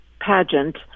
pageant